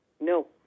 No